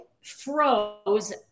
froze